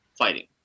fighting